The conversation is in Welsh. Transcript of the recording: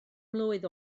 mlwydd